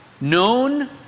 known